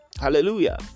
Hallelujah